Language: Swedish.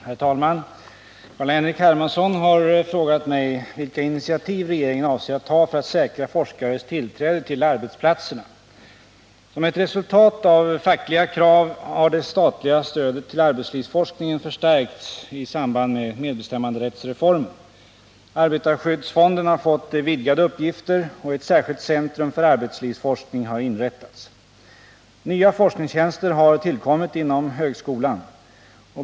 Herr talman! Carl-Henrik Hermansson har frågat mig vilka initiativ regeringen avser att ta för att säkra forskares tillträde till arbetsplatserna. Som ett resultat av fackliga krav har det statliga stödet till arbetslivsforskningen förstärkts i samband med medbestämmanderättsreformen. Arbetarskyddsfonden har fått vidgade uppgifter, och ett särskilt centrum för arbetslivsforskning har inrättats. Nya forskningstjänster har tillkommit inom högskolan.